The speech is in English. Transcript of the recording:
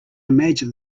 imagine